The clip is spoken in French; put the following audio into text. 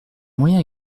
moyen